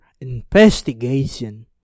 investigation